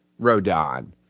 Rodon